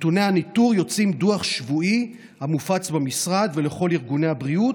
נתוני הניטור יוצאים בדוח שבועי המופץ במשרד ולכל ארגוני הבריאות,